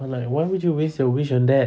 but like would you waste your wish on that